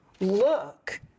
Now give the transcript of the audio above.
look